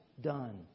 done